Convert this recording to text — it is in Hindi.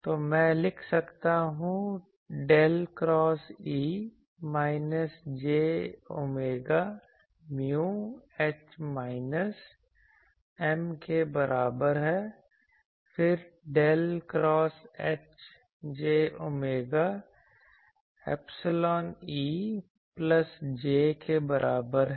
तो मैं लिख सकता हूं del cross E minus J omega mu H minus M के बराबर है फिर del cross H j omega epsilon E plus J के बराबर है